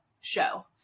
show